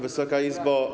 Wysoka Izbo!